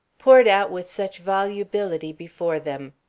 poured out with such volubility before them.